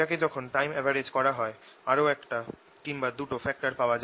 এটাকে যখন time average করা হয় আরও একটা কিম্বা দুটো ফ্যাক্টর পাওয়া যায়